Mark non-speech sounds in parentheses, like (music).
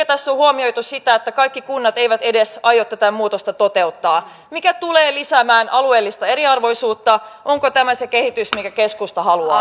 (unintelligible) tässä ole huomioitu sitä että kaikki kunnat eivät edes aio tätä muutosta toteuttaa mikä tulee lisäämään alueellista eriarvoisuutta onko tämä se kehitys minkä keskusta haluaa (unintelligible)